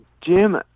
Jim